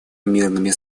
мирными